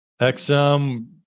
XM